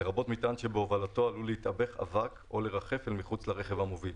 לרבות מטען שבהובלתו עלול להתאבך או לרחף אל מחוץ לרכב המוביל,